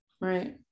Right